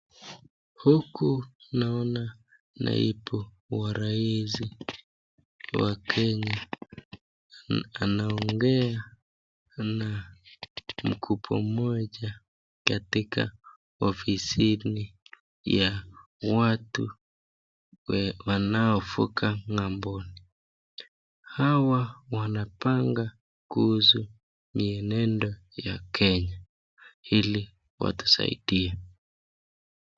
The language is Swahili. Huku naona naibu wa rais wa Kenya anaongea na mkubwa mmoja katika ofisini ya watu wanaovuka ngamboni. Hawa wanapanga kuhusu mienendo ya Kenya ili watusaidie.